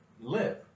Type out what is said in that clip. live